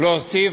להוסיף